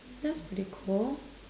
that's pretty cool